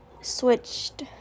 switched